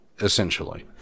essentially